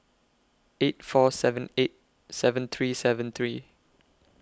eight four seven eight seven three seven three